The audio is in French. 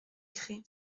crais